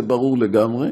זה ברור לגמרי,